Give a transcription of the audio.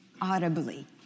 audibly